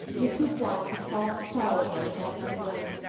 liquid white is far preferable in every way.